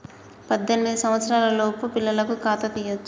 పద్దెనిమిది సంవత్సరాలలోపు పిల్లలకు ఖాతా తీయచ్చా?